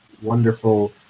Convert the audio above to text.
wonderful